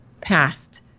past